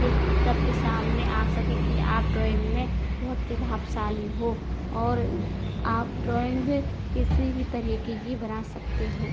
सबके सामने आ सके कि आप ड्राइंग में बहुत प्रभावशाली हो और आप ड्राइंग किसी भी तरीके की बना सकते हो